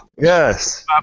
Yes